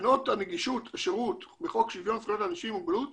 תקנות הנגישות השירות בחוק שוויון זכויות לאנשים עם מוגבלות